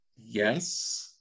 Yes